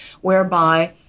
whereby